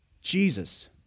Jesus